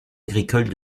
agricole